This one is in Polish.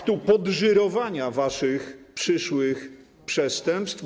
aktu podżyrowania waszych przyszłych przestępstw.